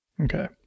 Okay